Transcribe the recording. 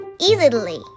easily